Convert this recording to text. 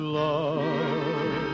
love